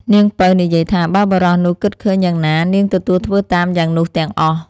នាងពៅនិយាយថាបើបុរសនោះគិតឃើញយ៉ាងណា នាងទទួលធ្វើតាមយ៉ាងនោះទាំងអស់ ។